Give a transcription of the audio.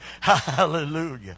Hallelujah